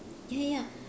ya ya ya